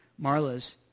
Marla's